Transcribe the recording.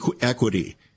equity